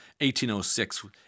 1806